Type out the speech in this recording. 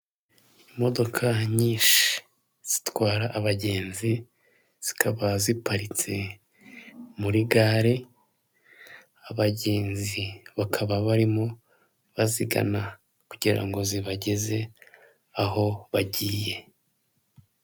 Imodoka nyinshi zitwara abagenzi, zikaba ziparitse muri gare, abagenzi bakaba barimo bazigana kugira ngo zibageze aho bagiye.